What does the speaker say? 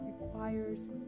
requires